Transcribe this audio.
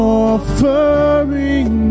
offering